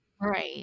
Right